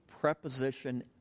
preposition